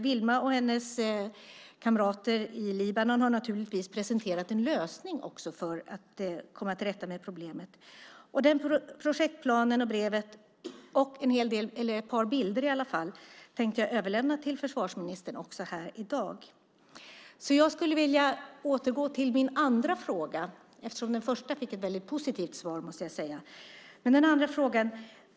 Wielma och hennes kamrater i Libanon har naturligtvis presenterat en lösning för att komma till rätta med problemet. Jag tänkte därför överlämna projektplanen och brevet samt ett par bilder till försvarsministern här i dag. Eftersom den första frågan fick ett mycket positivt svar skulle jag vilja återgå till min andra fråga.